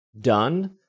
done